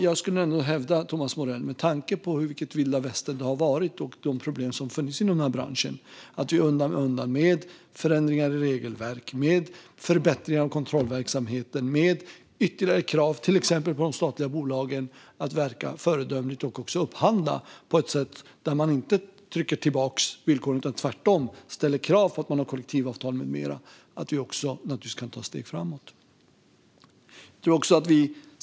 Jag skulle ändå vilja hävda, Thomas Morell, med tanke på vilket vilda västern det har varit och de problem som har funnits inom den här branschen, att vi undan för undan - med förändringar i regelverk, med förbättringar av kontrollverksamheten och med ytterligare krav till exempel på de statliga bolagen att verka föredömligt och också upphandla på ett sätt där man inte trycker tillbaka villkoren utan tvärtom ställer krav på kollektivavtal med mera - kan ta steg framåt.